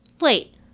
Wait